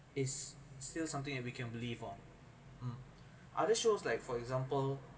is still something that we can believe on other shows like for example